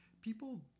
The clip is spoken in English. People